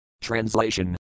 Translation